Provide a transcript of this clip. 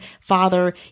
father